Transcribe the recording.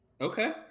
okay